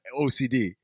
OCD